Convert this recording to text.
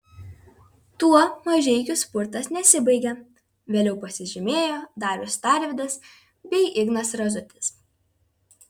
tuo mažeikių spurtas nesibaigė vėliau pasižymėjo darius tarvydas bei ignas razutis